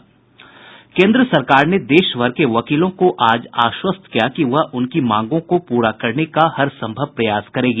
केन्द्र सरकार ने देश भर के वकीलों को आज आश्वस्त किया कि वह उनकी मांगों को पूरा करने का हरसंभव प्रयास करेगी